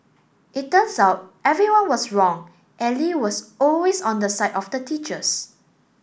it turns out everyone was wrong and Lee was always on the side of the teachers